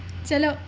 چلو